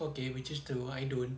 okay which is true I don't